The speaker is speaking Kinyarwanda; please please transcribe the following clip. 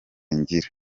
ngira